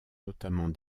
notamment